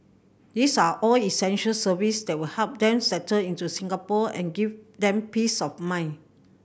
this are all essential service that will help then settle into Singapore and give them peace of mind